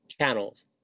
channels